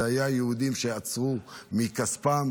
אלה היו יהודים שנתנו מכספם,